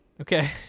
Okay